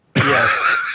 Yes